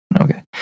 Okay